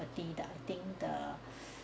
~erty the I think I think the